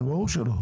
ברור שלא.